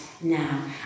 now